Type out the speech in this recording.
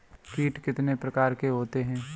कीट कितने प्रकार के होते हैं?